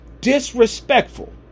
disrespectful